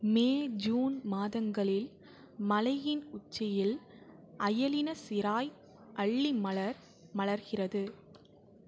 மே June மாதங்களில் மலையின் உச்சியில் அயலின சிராய் அல்லி மலர் மலர்கிறது